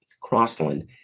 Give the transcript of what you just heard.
Crossland